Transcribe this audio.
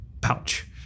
pouch